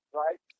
right